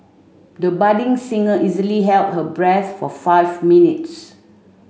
the budding singer easily held her breath for five minutes